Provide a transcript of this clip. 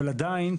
אבל עדיין,